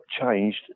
changed